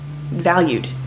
valued